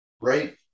right